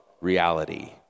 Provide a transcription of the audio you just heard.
reality